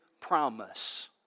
promise